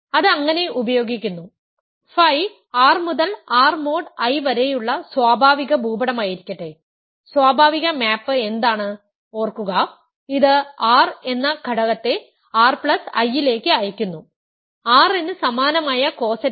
ഇത് അങ്ങനെ ഉപയോഗിക്കുന്നു ф R മുതൽ R മോഡ് I വരെയുള്ള സ്വാഭാവിക ഭൂപടമായിരിക്കട്ടെ സ്വാഭാവിക മാപ്പ് എന്താണ് ഓർക്കുക ഇത് r എന്ന ഘടകത്തെ r പ്ലസ് I ലേക്ക് അയയ്ക്കുന്നു r ന് സമാനമായ കോ സെറ്റിനെ